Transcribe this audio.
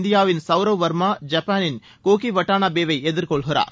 இந்தியாவின் சவ்ரவ் வர்மா ஐப்பானின் கோகி வட்டானாபேவை இன்று எதிர்கொள்கிறார்